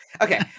Okay